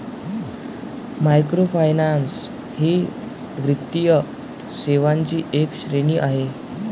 microfinance ही वित्तीय सेवांची एक श्रेणी आहे